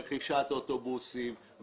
רכישת אוטובוסים,